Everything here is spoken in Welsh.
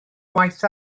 gwaith